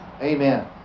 Amen